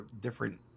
different